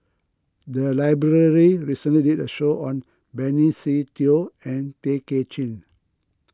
the library recently did a show on Benny Se Teo and Tay Kay Chin